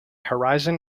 horizon